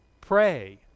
pray